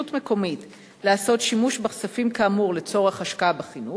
מקומית לעשות שימוש בכספים כאמור לצורך השקעה בחינוך,